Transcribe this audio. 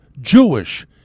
Jewish